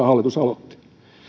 hallitus aloitti